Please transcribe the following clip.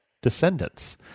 descendants